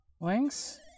links